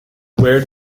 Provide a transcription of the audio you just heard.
where